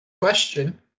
Question